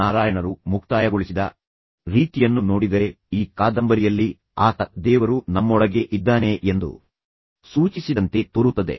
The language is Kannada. ನಾರಾಯಣರು ಮುಕ್ತಾಯಗೊಳಿಸಿದ ರೀತಿಯನ್ನು ನೋಡಿದರೆ ಈ ಕಾದಂಬರಿಯಲ್ಲಿ ಆತ ದೇವರು ನಮ್ಮೊಳಗೇ ಇದ್ದಾನೆ ಎಂದು ಸೂಚಿಸಿದಂತೆ ತೋರುತ್ತದೆ